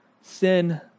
sin